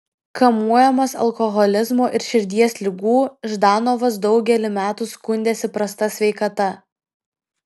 kamuojamas alkoholizmo ir širdies ligų ždanovas daugelį metų skundėsi prasta sveikata